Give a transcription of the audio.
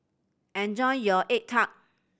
enjoy your egg tart